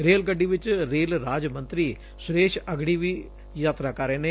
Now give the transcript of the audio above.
rail ਗੱਡੀ ਚ rail ਰਾਜ ਮੰਤਰੀ ਸੁਰੇਸ਼ ਅਘੜੀ ਵੀ ਯਾਤਰਾ ਕਰ ਰਹੇ ਨੇ